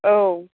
औ